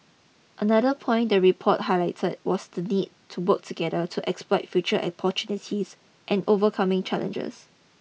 another point the report highlighter was the need to work together to exploit future opportunities and overcoming challenges